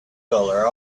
color